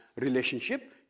relationship